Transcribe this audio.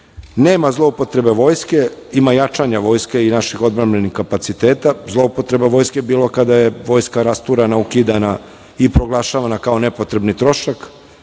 zloupotreba vojske, ima jačanja vojske i naših odbrambenih kapaciteta, a zloupotreba vojske je bila kada je vojska rasturana, ukidana i proglašavana kao nepotrebni trošak,